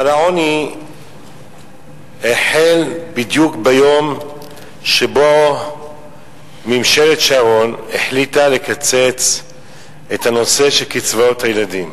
אבל העוני החל בדיוק ביום שבו ממשלת שרון החליטה לקצץ את קצבאות הילדים,